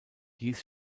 dies